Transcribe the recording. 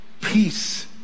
peace